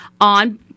on